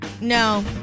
No